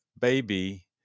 baby